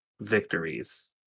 Victories